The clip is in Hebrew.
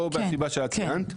או מהסיבה שאת ציינת,